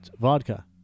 vodka